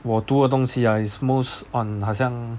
我读的东西 ah is most on 好像